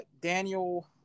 Daniel